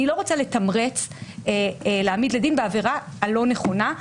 אני לא רוצה להעמיד לדין בעבירה הלא נכונה,